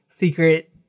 secret